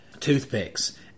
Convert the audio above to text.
toothpicks